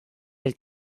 del